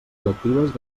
lectives